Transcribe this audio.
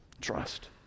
Trust